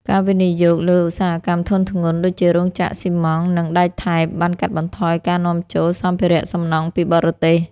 ការវិនិយោគលើឧស្សាហកម្មធុនធ្ងន់ ដូចជារោងចក្រស៊ីម៉ងត៍ និងដែកថែប បានកាត់បន្ថយការនាំចូលសម្ភារសំណង់ពីបរទេស។